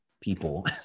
people